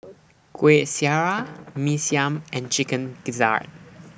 Kueh Syara Mee Siam and Chicken Gizzard